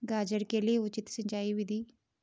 गाजर के लिए उचित सिंचाई विधि?